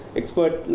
expert